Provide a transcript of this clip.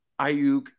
Ayuk